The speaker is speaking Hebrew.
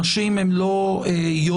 אנשים הם לא יויו,